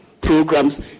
programs